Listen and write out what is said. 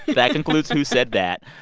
that concludes who said that?